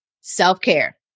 self-care